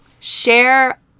share